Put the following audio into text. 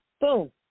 Boom